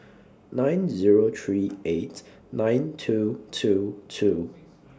nine Zero three eight nine two two two